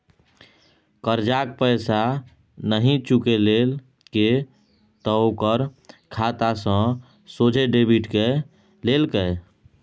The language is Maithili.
करजाक पैसा नहि चुकेलके त ओकर खाता सँ सोझे डेबिट कए लेलकै